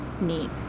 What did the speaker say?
neat